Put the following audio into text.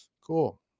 cool